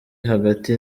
hagati